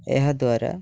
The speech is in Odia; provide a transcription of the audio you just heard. ଏହା ଦ୍ୱାରା